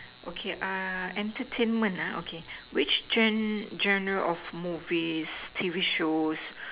okay uh entertainment ah okay which gen~ genre of movies T_V shows